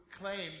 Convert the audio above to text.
claims